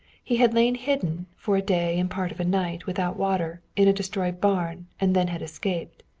he had lain hidden, for a day and part of a night, without water, in a destroyed barn, and then had escaped.